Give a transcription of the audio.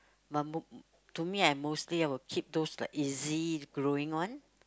to me I mostly I will keep those like easy growing one